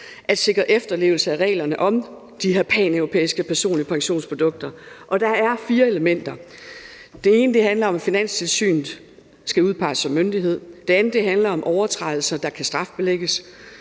at sikre efterlevelse af reglerne om de her paneuropæiske personlige pensionsprodukter, og der er fire elementer. Det ene handler om, at Finanstilsynet skal udpeges som myndighed. Det andet handler om overtrædelser, der kan strafbelægges.